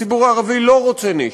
הציבור הערבי לא רוצה נשק,